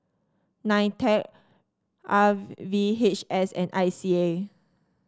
Nitec R V H S and I C A